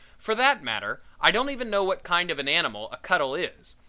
for that matter, i don't even know what kind of an animal a cuttle is,